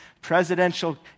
presidential